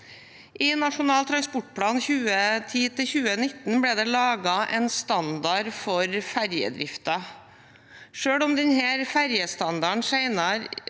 I Nasjonal transportplan 2010–2019 ble det laget en standard for ferjedriften. Selv om denne ferjestandarden senere